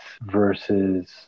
versus